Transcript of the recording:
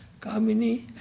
Kamini